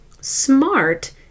SMART